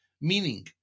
meaning